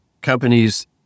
companies